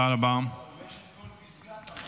כובשת כל פסגה תמנו.